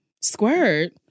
Squirt